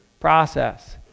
process